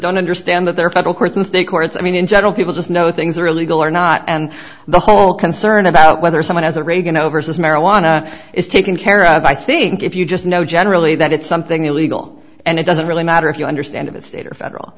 don't understand that there are federal courts and state courts i mean in general people just know the they're illegal or not and the whole concern about whether someone has a reagan over says marijuana is taken care of i think if you just know generally that it's something illegal and it doesn't really matter if you understand it state or federal